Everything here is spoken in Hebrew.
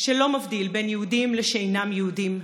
שלא מבדיל בין יהודים לשאינם יהודים,